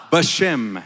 Bashem